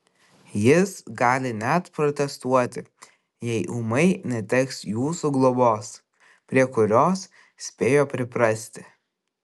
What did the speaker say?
jis gali net protestuoti jei ūmai neteks jūsų globos prie kurios spėjo priprasti